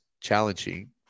challenging